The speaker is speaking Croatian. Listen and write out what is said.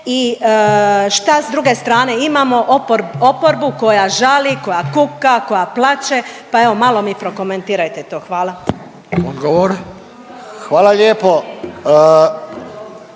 I šta s druge strane imamo? Oporbu koja žali, koja kuka, koja plače, pa evo malo mi prokomentirajte to. Hvala. **Radin,